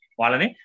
walani